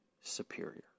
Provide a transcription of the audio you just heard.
superior